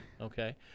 Okay